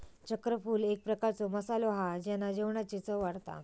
चक्रफूल एक प्रकारचो मसालो हा जेना जेवणाची चव वाढता